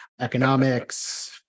economics